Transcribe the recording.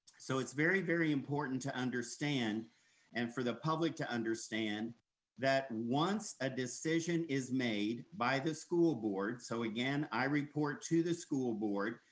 so it's very, very important to understand and for the public to understand that once a decision is made by the school board, so again, i report to the school board.